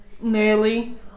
nearly